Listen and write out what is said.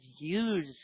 use